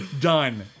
Done